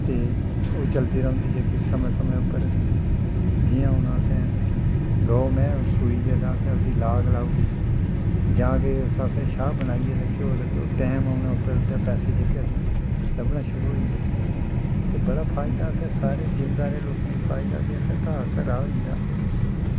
ते ओह् चलदी रौंह्दी ऐ जेह्की समें समें पर जि'यां हून असें गौ मैंह् सूई ऐ तां ओह्दी असें लाग लाई ओड़ी जां केह् उसदी असें छाह् बनाइयै घ्यो दा घ्यो टैम औंने पर जेह्के पैहे असें गी लब्भना शुरू होई जंदे न ते बड़ा फैदा ऐ असें सारें जमींदारें लोकें गी फैदा ऐ कि असें घाऽ घरे दा होई जंदा ऐ